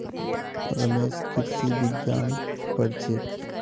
रमेश कृषि विज्ञान पढ़ छेक